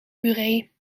puree